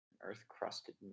earth-crusted